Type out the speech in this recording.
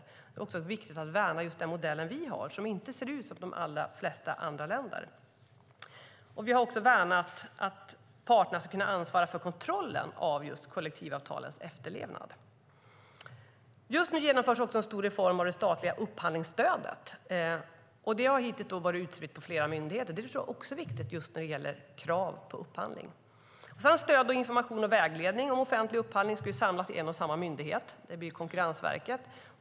Men det är viktigt att också värna just den modell som vi har och som inte ser ut som de modeller som man har i de flesta andra länder. Vi har också värnat att parterna ska kunna ansvara för kontrollen av kollektivavtalens efterlevnad. Just nu genomförs en stor reform av det statliga upphandlingsstödet. Det har hittills varit utspritt på flera myndigheter. Det tror jag också är viktigt när det gäller krav på upphandling. Stöd, information och vägledning om offentlig upphandling ska samlas i en och samma myndighet. Det blir Konkurrensverket.